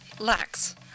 Lacks